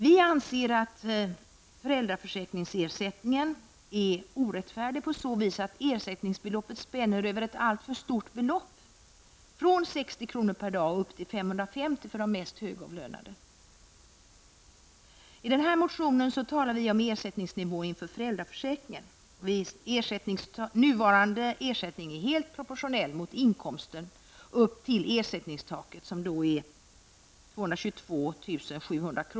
Vi anser att ersättningen enligt föräldraförsäkringen är orättfärdig, på så vis att ersättningen spänner över allt för stora belopp, från 60 kr. per dag upp till 550 kr. för de mest högavlönade. I motionen talar vi om ersättningsnivån inom föräldraförsäkringen. Den nuvarande ersättningen är helt propotionell mot inkomsten upp till ersättningstaket, som är 222 700 kr.